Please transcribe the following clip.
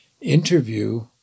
interview